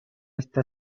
este